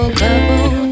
couple